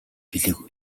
хэлээгүй